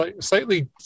slightly